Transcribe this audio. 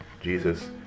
Jesus